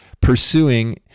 pursuing